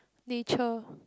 natural